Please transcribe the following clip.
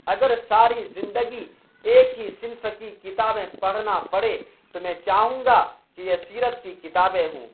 اگر ساری زندگی ایک ہی صنف کی کتابیں پڑھنا پڑے تو میں چاہوں گا کہ یہ سیرت کی کتابیں ہوں